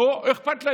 לא אכפת לו.